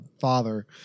father